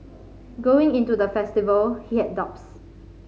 going into the festival he had doubts